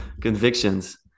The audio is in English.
convictions